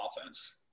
offense